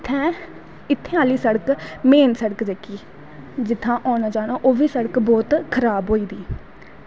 इत्थें दी मेन सड़क जेह्की जित्थें दा औना जाना एह्बी सड़क बहोत खराब होई दी